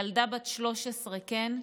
ילדה בת 13, כן?